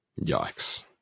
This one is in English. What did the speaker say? Yikes